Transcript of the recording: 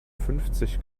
fünfzig